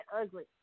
ugly